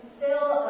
fill